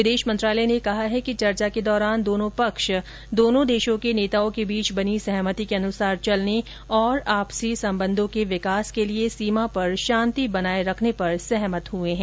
विदेश मंत्रालय ने कहा है कि चर्चा के दौरान दोनों पक्ष दोनों देशों के नेताओं के बीच बनी सहमति के अनुसार चलने और आपसी संबंधों के विकास के लिए सीमा पर शांति बनाए रखने पर सहमत हुए हैं